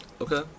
Okay